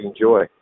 enjoy